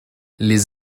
les